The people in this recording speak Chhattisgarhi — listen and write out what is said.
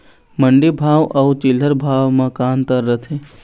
मंडी भाव अउ चिल्हर भाव म का अंतर रथे?